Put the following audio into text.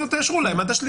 תאשרו להם עד ה-3.